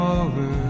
over